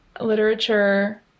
literature